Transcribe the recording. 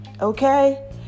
okay